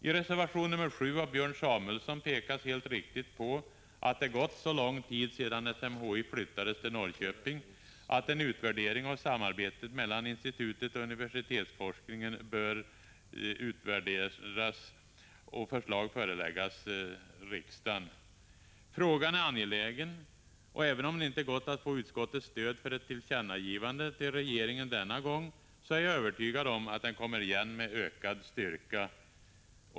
I reservation 7 av Björn Samuelson pekas helt riktigt på att det gått så lång tid sedan SMHI flyttades till Norrköping att en utvärdering av samarbetet mellan institutet och universitetsforskningen bör företas och förslag föreläggas riksdagen. Frågan är angelägen, och även om det inte gått att få utskottets stöd för ett tillkännagivande till regeringen denna gång, är jag övertygad om att motionen kommer igen med ökad styrka.